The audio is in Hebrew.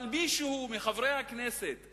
אבל מישהו מחברי הכנסת,